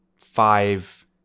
five